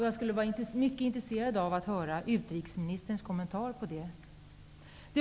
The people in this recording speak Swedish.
Jag skulle vara intresserad av att få höra utrikesministerns kommentar till detta.